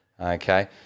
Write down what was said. Okay